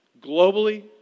globally